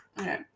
okay